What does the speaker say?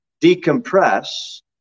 decompress